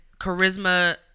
charisma